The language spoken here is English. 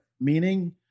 meaning